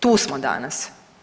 Tu smo danas.